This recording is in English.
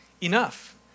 enough